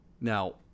Now